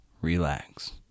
relax